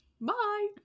Bye